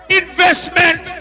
investment